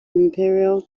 imperial